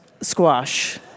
squash